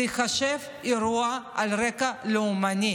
זה ייחשב אירוע על רקע לאומני.